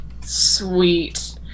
Sweet